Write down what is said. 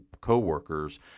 coworkers